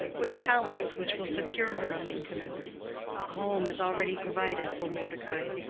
with talents which will secure her a maintenance. a home is already provided for mordecai.